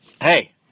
hey